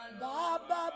Baba